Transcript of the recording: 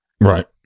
Right